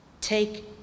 take